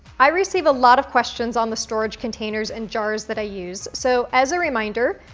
i receive a lot of questions on the storage containers and jars that i use, so as a reminder,